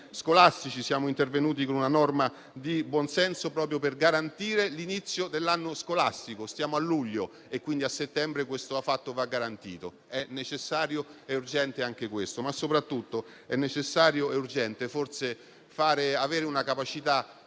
scolastici con una norma di buonsenso, proprio per garantire l'inizio dell'anno scolastico. Siamo a luglio e quindi a settembre questo va garantito: è necessario e urgente anche questo. Soprattutto è necessario e urgente avere la capacità